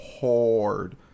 hard